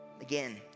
Again